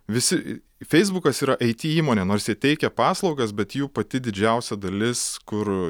visi feisbukas yra it įmonė nors jie teikia paslaugas bet jų pati didžiausia dalis kur